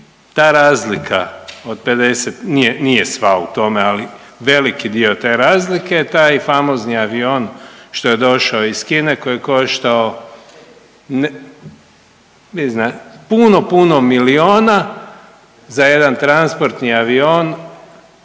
ta razlika od 50 nije sva u tome, ali veliki dio te razlike, taj famozni avion što je došao iz Kine, koji je koštao vi znate puno, puno milijona za jedan transportni avion.